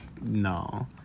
No